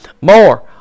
more